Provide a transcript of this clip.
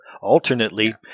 alternately